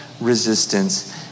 resistance